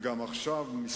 אני רק מציין